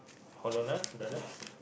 hold on ah brother